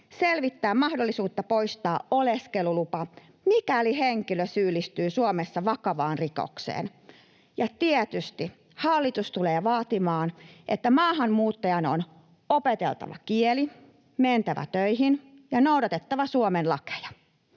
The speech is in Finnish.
selvittää mahdollisuutta poistaa oleskelulupa, mikäli henkilö syyllistyy Suomessa vakavaan rikokseen. Ja tietysti hallitus tulee vaatimaan, että maahanmuuttajan on opeteltava kieli, mentävä töihin ja noudatettava Suomen lakeja.